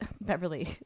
Beverly